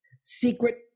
secret